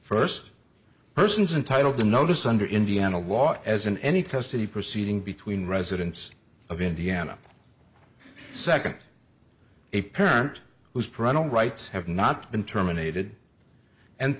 first persons and title the notice under indiana law as in any custody proceeding between residents of indiana second a parent whose parental rights have not been terminated and